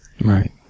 Right